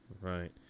right